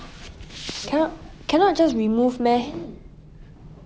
cannot cannot just remove meh